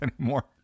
anymore